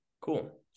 Cool